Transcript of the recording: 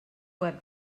web